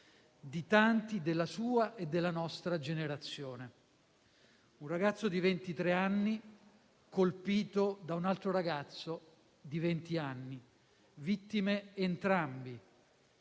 di tanti della sua e della nostra generazione; un ragazzo di ventitré anni colpito da un altro ragazzo di venti anni, vittime entrambi;